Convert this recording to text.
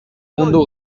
mundu